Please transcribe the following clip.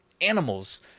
animals